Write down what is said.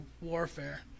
warfare